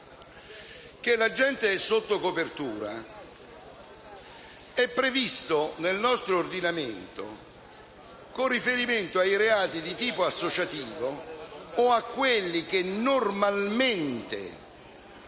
L'agente sotto copertura è previsto nel nostro ordinamento con riferimento ai reati di tipo associativo o a quelli che normalmente